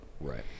Right